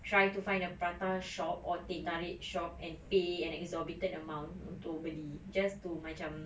trying to find a prata shop or teh tarik shop and pay an exorbitant amount untuk beli just to macam